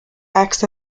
acts